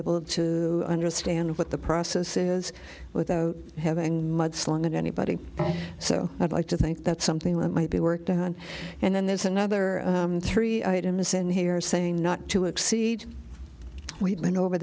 able to understand what the process is without having mudslinging anybody so i'd like to think that something that might be worked on and then there's another three items and they are saying not to exceed we've been over